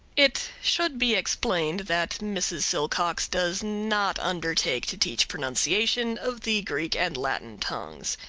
it should be explained that mrs. silcox does not undertake to teach pronunciation of the greek and latin tongues.